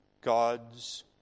God's